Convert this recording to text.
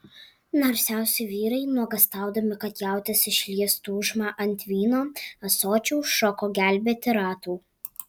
narsiausi vyrai nuogąstaudami kad jautis išlies tūžmą ant vyno ąsočių šoko gelbėti ratų